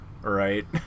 Right